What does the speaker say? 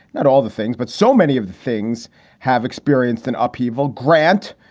that all the things but so many of the things have experienced an upheaval grant.